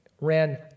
ran